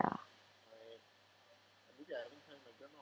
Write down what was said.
ya